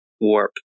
warp